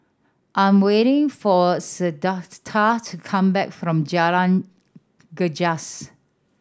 I'm waiting for Shaquita to come back from Jalan Gajus